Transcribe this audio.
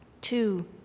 Two